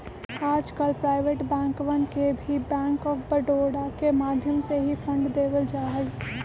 आजकल प्राइवेट बैंकवन के भी बैंक आफ बडौदा के माध्यम से ही फंड देवल जाहई